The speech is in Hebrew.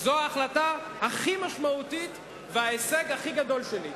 זו ההחלטה הכי משמעותית וההישג הכי גדול שלי,